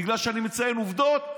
בגלל שאני מציין עובדות?